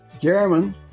German